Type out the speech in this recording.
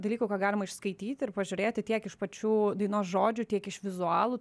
dalykų ką galima išskaityti ir pažiūrėti tiek iš pačių dainos žodžių tiek iš vizualų